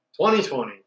2020